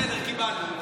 בסדר, קיבלנו.